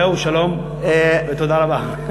זהו, שלום ותודה רבה.